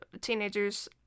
teenagers